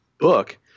book